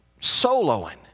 soloing